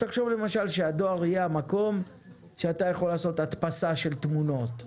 תחשוב למשל שהדואר יהיה המקום שאתה יכול לעשות הדפסה של תמונות,